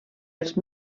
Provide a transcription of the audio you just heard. els